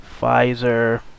Pfizer